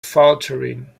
faltering